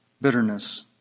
bitterness